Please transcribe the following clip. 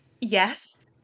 Yes